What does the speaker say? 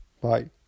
Bye